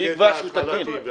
מי יקבע שזה תקין?